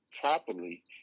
Properly